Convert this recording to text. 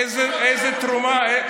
איזה תרומה,